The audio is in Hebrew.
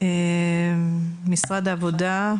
משרד העבודה,